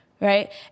right